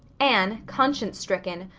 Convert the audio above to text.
anne, conscience-stricken,